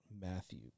Matthew